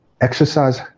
Exercise